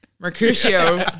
Mercutio